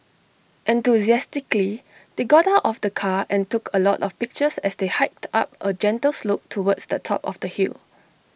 enthusiastically they got out of the car and took A lot of pictures as they hiked up A gentle slope towards the top of the hill